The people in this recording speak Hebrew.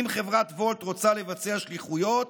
אם חברת wolt רוצה לבצע שליחויות,